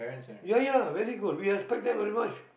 ya ya very good we respect them very much